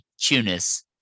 Tunis